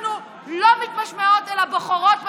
אנחנו לא מתמשמעות אלא בוחרות בנשים.